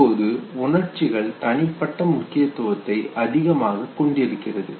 இப்போது உணர்ச்சிகள் தனிப்பட்ட முக்கியத்துவத்தை அதிகமாக கொண்டிருக்கிறது